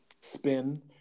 spin